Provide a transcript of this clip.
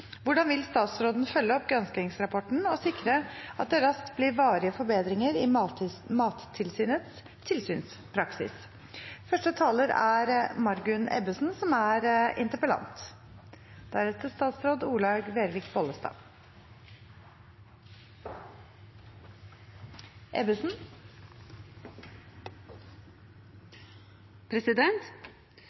Hvordan vil hun følge opp granskingsrapporten og sikre at det raskt blir varige forbedringer i Mattilsynets tilsynspraksis?